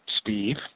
Steve